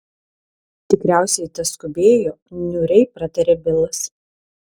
tikriausiai tas skubėjo niūriai pratarė bilas